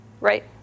right